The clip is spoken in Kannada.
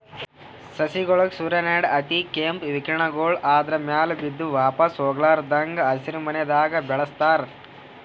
ಸಸಿಗೋಳಿಗ್ ಸೂರ್ಯನ್ದ್ ಅತಿಕೇಂಪ್ ವಿಕಿರಣಗೊಳ್ ಆದ್ರ ಮ್ಯಾಲ್ ಬಿದ್ದು ವಾಪಾಸ್ ಹೊಗ್ಲಾರದಂಗ್ ಹಸಿರಿಮನೆದಾಗ ಬೆಳಸ್ತಾರ್